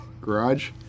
Garage